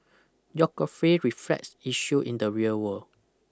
geography reflects issue in the real world